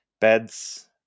beds